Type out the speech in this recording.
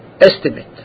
Estimate